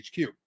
HQ